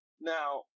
Now